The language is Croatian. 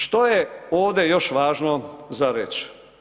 Što je ovdje još važno za reći?